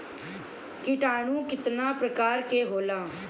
किटानु केतना प्रकार के होला?